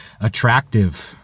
attractive